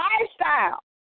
lifestyle